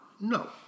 no